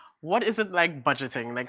what is it like budgeting? like